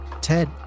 Ted